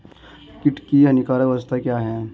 कीट की हानिकारक अवस्था क्या है?